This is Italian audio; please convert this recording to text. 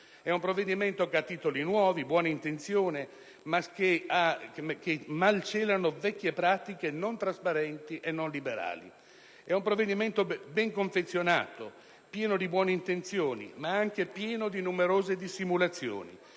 È un provvedimento che ha titoli nuovi, buone intenzioni, ma che mal celano vecchie pratiche non trasparenti e non liberali. È un provvedimento ben confezionato, pieno di buone intenzioni, ma anche di numerose dissimulazioni